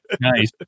Nice